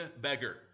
beggar